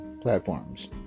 platforms